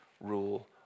rule